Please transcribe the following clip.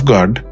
God